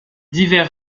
divers